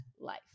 Life